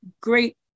great